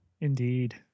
indeed